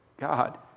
God